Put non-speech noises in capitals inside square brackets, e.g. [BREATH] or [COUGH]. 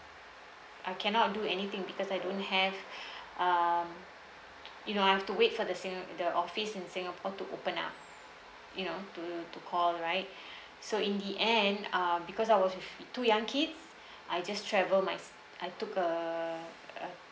I cannot do anything because I don't have [BREATH] um you know I have to wait for the sing~ the office in singapore to open up you know to to call right so in the end uh because I was with two young kids I just travel my I took uh uh